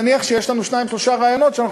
נניח שיש לנו שניים-שלושה רעיונות שאנחנו